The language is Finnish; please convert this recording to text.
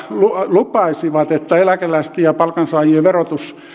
lupasivat että eläkeläisten ja palkansaajien verotus